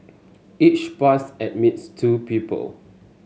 each pass admits two people